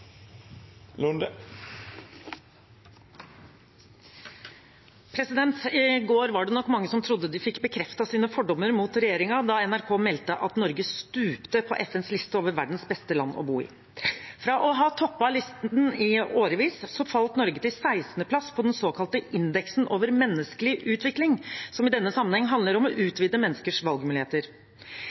avslutta. I går var det nok mange som trodde de fikk bekreftet sine fordommer mot regjeringen da NRK meldte at Norge stupte på FNs liste over verdens beste land å bo i. Fra å ha toppet listen i årevis falt Norge til sekstendeplass på den såkalte indeksen over menneskelig utvikling, som i denne sammenhengen handler om å utvide